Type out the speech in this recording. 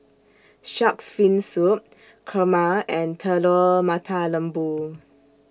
Shark's Fin Soup Kurma and Telur Mata Lembu